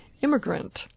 immigrant